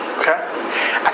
okay